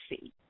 see